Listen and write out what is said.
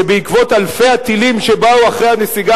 שבעקבות אלפי הטילים שבאו אחרי הנסיגה